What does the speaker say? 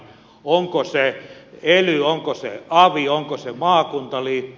onko se ely onko se avi onko se maakuntaliitto